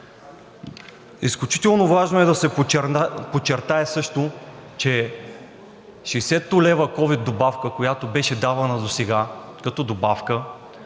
Изключително важно е да се подчертае също, че 60-те лв. ковид добавка, която беше давана досега като добавка,